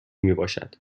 میباشد